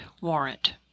warrant